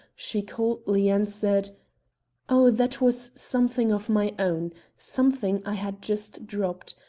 she coldly answered oh, that was something of my own something i had just dropped.